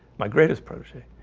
my greatest protege?